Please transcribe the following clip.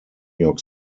york